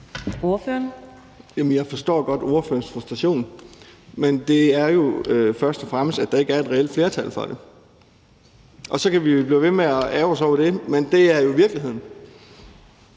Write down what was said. Jeg forstår godt ordførerens frustration, men det er først og fremmest sådan, at der ikke er et reelt flertal for det. Og så kan vi blive ved med at ærgre os over det, men det er jo virkeligheden.